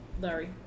Larry